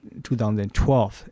2012